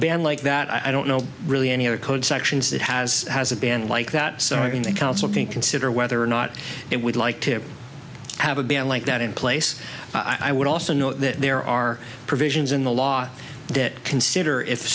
ban like that i don't know really any other code sections that has has it been like that sir in the council think consider whether or not it would like to have a ban like that in place i would also know that there are provisions in the law that consider if